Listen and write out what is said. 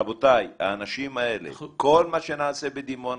רבותיי, האנשים האלה, כל מה שנעשה בדימונה